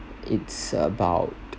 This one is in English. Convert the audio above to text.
it's about